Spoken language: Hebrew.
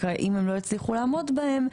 ואם הם לא יצליחו לעמוד בהם,